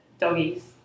Doggies